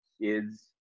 kids